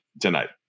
tonight